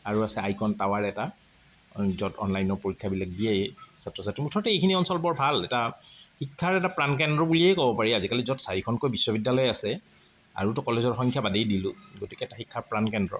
আৰু আছে icon tower এটা য'ত অলনাইনৰ পৰীক্ষাবিলাক দিয়ে ছাত্ৰ ছাত্ৰীয়ে মুঠতে এইখিনি অঞ্চল বৰ ভাল এটা শিক্ষাৰ এটা প্ৰাণকেন্দ্ৰ বুলিয়ে ক'ব পাৰি আজিকালি য'ত চাৰিখনকৈ বিশ্ববিদ্যালয় আছে আৰুতো কলেজৰ সংখ্যা বাদেই দিলোঁ গতিকে এটা শিক্ষাৰ প্ৰাণকেন্দ্ৰ